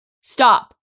stop